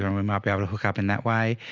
um and we might be able to hook up in that way,